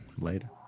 Later